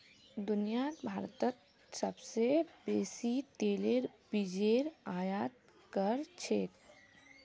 दुनियात भारतत सोबसे बेसी तेलेर बीजेर आयत कर छेक